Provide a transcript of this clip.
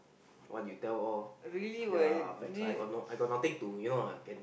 what you tell of ya lah facts lah I got I got nothing to you know can